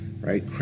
right